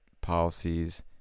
policies